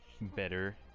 better